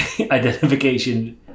identification